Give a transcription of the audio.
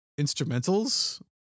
instrumentals